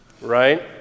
right